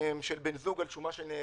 של בן זוג על שומה שנקבעה.